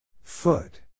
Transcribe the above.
foot